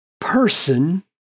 person